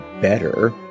better